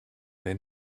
they